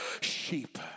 sheep